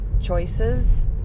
choices